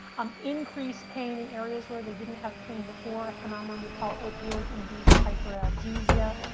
um increased pain in areas where they didn't have pain before, a phenomenon we call opioid-induced hyperalgesia,